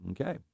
Okay